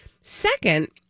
Second